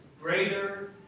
greater